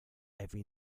every